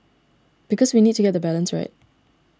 because we need to get the balance right